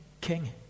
king